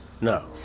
No